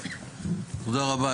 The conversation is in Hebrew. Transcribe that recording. תודה רבה,